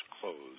closed